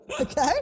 okay